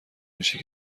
میشه